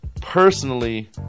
personally